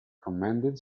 commended